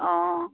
অঁ